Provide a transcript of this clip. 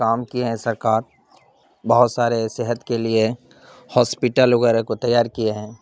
کام کیے ہیں سرکار بہت سارے صحت کے لیے ہاسپٹل وغیرہ کو تیار کیے ہیں